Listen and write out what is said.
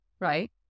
right